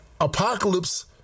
Apocalypse